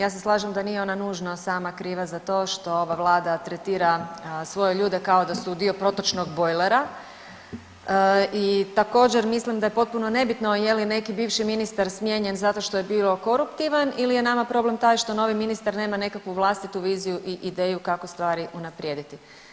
Ja se slažem da nije ona nužno sama kriva za to što ova vlada tretira svoje ljude kao da su dio protočnog bojlera i također mislim da je potpuno nebitno je li neki bivši ministar smijenjen zato što je bio koruptivan ili je nama problem taj što novi ministar nema nekakvu vlastitu viziju i ideju kako stvari unaprijediti.